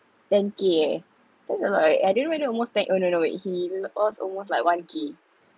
ten K eh that's a lot right I don't know whether almost ten oh no no wait he lost almost like one K